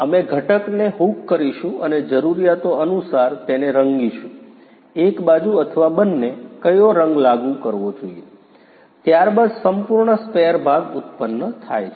અમે ઘટકને હૂક કરીશું અને જરૂરિયાતો અનુસાર તેને રંગીશું એક બાજુ અથવા બંને કયો રંગ લાગુ કરવો જોઈએ ત્યારબાદ સંપૂર્ણ સ્પેર ભાગ ઉત્પન્ન થાય છે